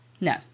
No